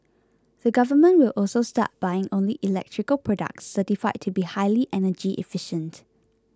the Government will also start buying only electrical products certified to be highly energy efficient